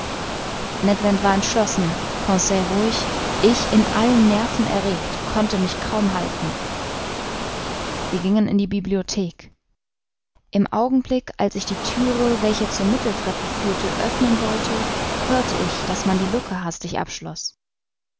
ned land war entschlossen conseil ruhig ich in allen nerven erregt konnte mich kaum halten wir gingen in die bibliothek im augenblick als ich die thüre welche zur mitteltreppe führte öffnen wollte hörte ich daß man die lucke hastig abschloß